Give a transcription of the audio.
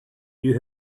you